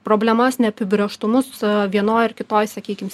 problemas neapibrėžtumus vienoj ar kitoj sakykim